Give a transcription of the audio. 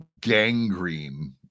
gangrene